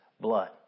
blood